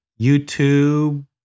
YouTube